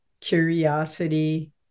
curiosity